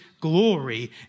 glory